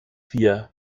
wir